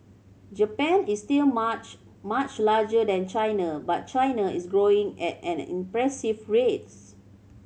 Japan is still much much larger than China but China is growing at an impressive rates